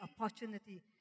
opportunity